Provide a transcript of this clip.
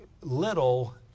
little